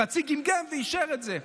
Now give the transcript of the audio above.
חצי גמגם ואישר את זה.